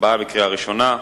הצבעה בקריאה ראשונה.